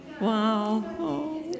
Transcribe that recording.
Wow